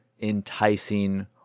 enticing